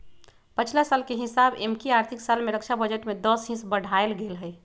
पछिला साल के हिसाबे एमकि आर्थिक साल में रक्षा बजट में दस हिस बढ़ायल गेल हइ